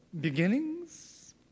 beginnings